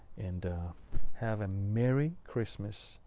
and have a merry christmas.